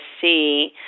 see